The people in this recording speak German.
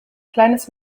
kleines